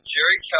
Jerry